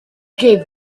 gave